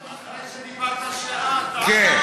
אחרי שדיברת שעה, אתה, כן.